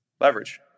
Leverage